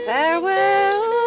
Farewell